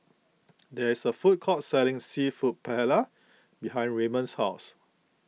there is a food court selling Seafood Paella behind Raymon's house